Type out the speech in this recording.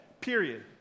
Period